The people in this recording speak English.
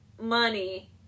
Money